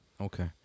Okay